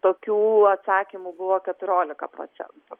tokių atsakymų buvo keturiolika procentų